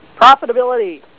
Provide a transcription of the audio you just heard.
Profitability